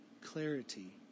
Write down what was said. clarity